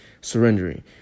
surrendering